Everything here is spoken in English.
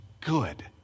good